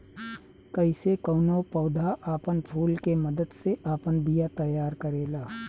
कइसे कौनो पौधा आपन फूल के मदद से आपन बिया तैयार करेला